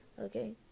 okay